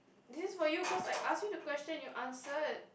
this is for you cause I asked you the question you answered